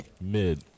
Mid